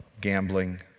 gambling